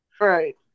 Right